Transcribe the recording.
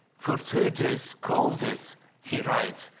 fortuitous causes he writes,